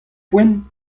poent